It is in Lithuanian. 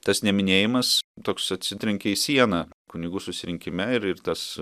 tas neminėjimas toks atsitrenkia į sieną kunigų susirinkime ir ir tas